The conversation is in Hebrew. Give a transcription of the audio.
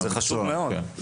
זה חשוב מאוד.